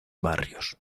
barrios